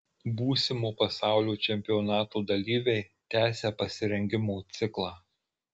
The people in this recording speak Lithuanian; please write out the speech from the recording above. būsimo pasaulio čempionato dalyviai tęsią pasirengimo ciklą